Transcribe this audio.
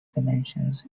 dimensions